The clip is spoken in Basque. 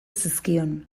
zizkion